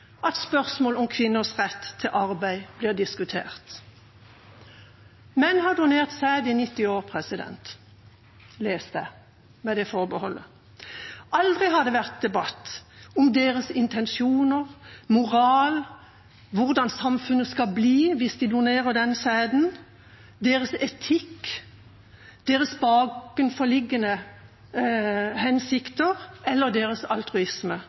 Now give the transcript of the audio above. at spørsmålet om kvinners rett til arbeid blir diskutert. Menn har donert sæd i 90 år, har jeg lest – med det forbeholdet. Aldri har det vært debatt om deres intensjoner, moral, hvordan samfunnet skal bli hvis de donerer den sæden, deres etikk, deres bakenforliggende hensikter eller deres altruisme.